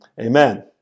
amen